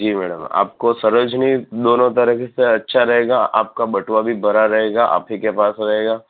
જી madam આપકો સરોજની દોનો તરહ સે અચ્છા રહેગા આપકા બટુઆ ભી ભરા રહેગા આપ હી કે પાસ રહેગા